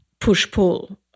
push-pull